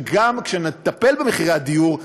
וגם כשנטפל במחירי הדיור,